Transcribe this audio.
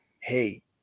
hey